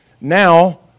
Now